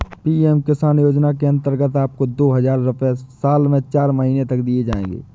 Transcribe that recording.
PM Kisan योजना के अंतर्गत आपको दो हज़ार रुपये साल में चार महीने तक दिए जाएंगे